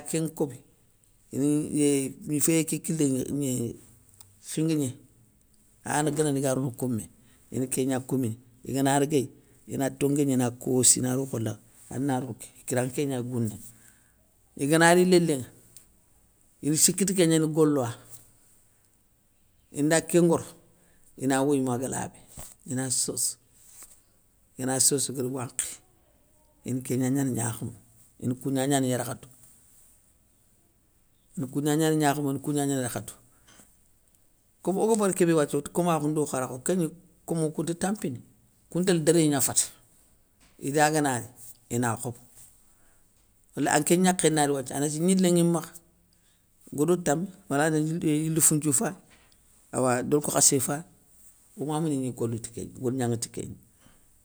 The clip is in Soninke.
Kén nkobi, féyé ké kilé gni khinguigné ayana ganana iga rono koumé, ina kégna koumini, igana réguéy, ina tongué gna ina kossi inaro falakhé, anaro ké ikiranŋa kégna gouné. Igana ri lélénŋa, issiki ti kégna ina gola, inda kén ngoro, ina woyi maga labé, ina soso, igana soso igara wankhi, ine kégna gnana gnakhamé, ine kougna gnana yarkhatou, ine kougna gnana gnakhamou ine kougna gnana yarkhatou. Kom oga bar kébé wathia oti komakhou ndokharkho kégni komo kounta tampini kountélé déré gna fata, idaganari, ina khobo wala anké gnakhé nari wathia anati gnilé nŋi makha, godo tami, marada yilé yilou founthiou fay awa dolko khassé fayi, omama ni gni golo ti kégna, golignanŋa ti kégna.